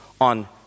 on